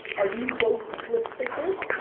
are you both lip-synchers?